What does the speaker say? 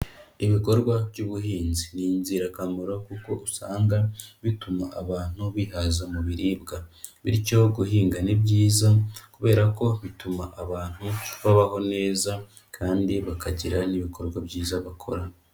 Ibikorwa by'ubuhinzi, ni ingirakamaro kuko usanga bituma abantu bihaza mu biribwa, bityo guhinga ni byiza kubera ko bituma abantu babaho neza kandi bakagira n'ibikorwa byiza bakora.